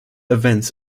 elements